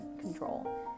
control